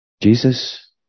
Jesus